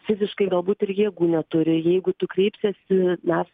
fiziškai galbūt ir jėgų neturi jeigu tu kreipsiesi mes